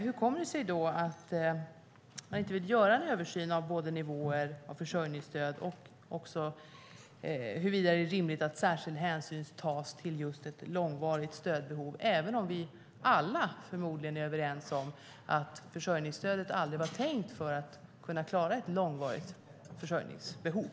Hur kommer det sig att man inte vill göra en översyn både av nivåer av försörjningsstöd och huruvida det är rimligt att särskild hänsyn tas till just ett långvarigt stödbehov, även om vi alla förmodligen är överens om att försörjningsstödet aldrig var tänkt för att kunna klara ett långvarigt försörjningsbehov?